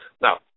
Now